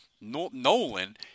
Nolan